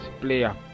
player